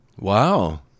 wow